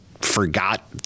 forgot